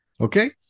Okay